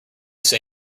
say